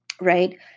right